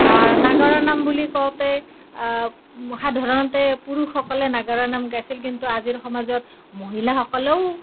নাগাৰা নাম বুলি কওঁতে সাধাৰণতে পুৰুষসকলে নাগাৰা নাম গাইছিল কিন্তু আজিৰ সমাজত মহিলাসকলেও